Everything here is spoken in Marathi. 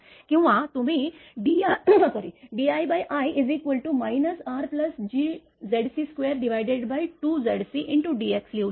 किंवा तुम्हीdii RGZc22Zcdx लिहू शकता